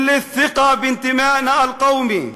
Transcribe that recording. (אומר משפט בשפה הערבית, להלן תרגומו: